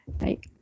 right